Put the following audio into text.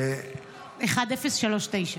אושר.